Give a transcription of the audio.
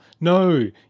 No